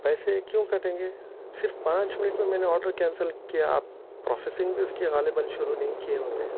پیسے کیوں کٹیں گے صرف پانچ منٹ میں میں نے آڈر کینسل کیا آپ پروسیسنگ بھی اس کی غالباً شروع نہیں کیے ہوں گے